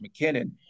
McKinnon